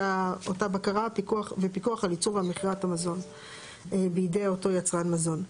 את אותה בקרה ופיקוח על ייצור ועל מכירת המזון בידי אותו יצרן מזון.